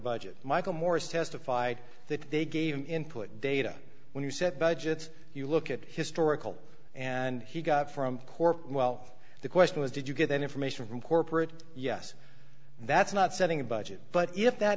budget michael moore's testified that they gave him input data when you set budgets you look at historical and he got from corp well the question was did you get that information from corporate yes that's not setting a budget but if that